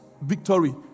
victory